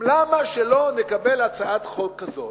למה שלא נקבל הצעת חוק כזאת,